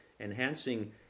Enhancing